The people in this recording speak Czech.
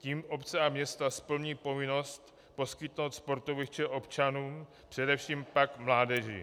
Tím obce a města splní povinnost poskytnout sportoviště občanům, především pak mládeži.